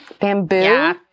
bamboo